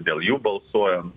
dėl jų balsuojan